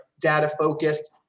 data-focused